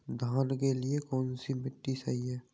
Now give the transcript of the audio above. धान के लिए कौन सी मिट्टी सही है?